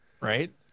Right